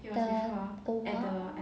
well oh !wah!